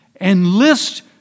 Enlist